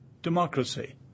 democracy